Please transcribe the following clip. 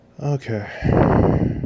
okay